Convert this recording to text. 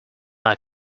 our